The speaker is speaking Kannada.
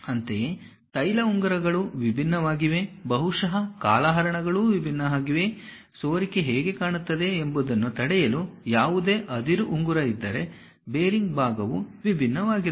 ಅಂತೆಯೇ ತೈಲ ಉಂಗುರಗಳು ವಿಭಿನ್ನವಾಗಿವೆ ಬಹುಶಃ ಕಾಲಹರಣಗಳು ವಿಭಿನ್ನವಾಗಿವೆ ಸೋರಿಕೆ ಹೇಗೆ ಕಾಣುತ್ತದೆ ಎಂಬುದನ್ನು ತಡೆಯಲು ಯಾವುದೇ ಅದಿರು ಉಂಗುರ ಇದ್ದರೆ ಬೇರಿಂಗ್ ಭಾಗವು ವಿಭಿನ್ನವಾಗಿರುತ್ತದೆ